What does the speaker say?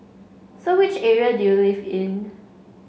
so which area do you live in